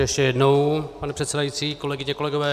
Ještě jednou, pane předsedající, kolegyně, kolegové.